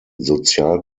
sozial